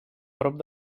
prop